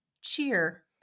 cheer